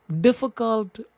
difficult